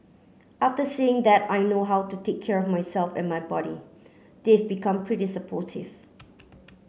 after seeing that I know how to take care of myself and my body they have become pretty supportive